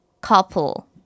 couple